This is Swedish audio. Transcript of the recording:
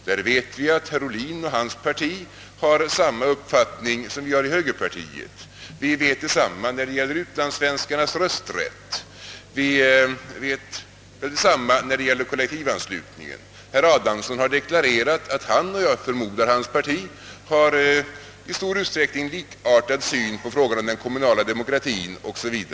Där har herr Ohlin och hans parti samma uppfattning som vi i högerpartiet. Detsamma gäller utlandssvenskarnas rösträtt och kollektivanslutningen, och herr Adamsson har deklarerat att han — och hans parti, förmodar jag — i stor utsträckning har samma syn på den kommunala demokratien som vi har, o. s. v.